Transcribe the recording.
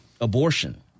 abortion